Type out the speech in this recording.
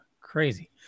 crazy